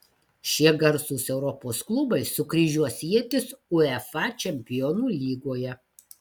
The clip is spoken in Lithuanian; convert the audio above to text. šie garsūs europos klubai sukryžiuos ietis uefa čempionų lygoje